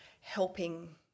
helping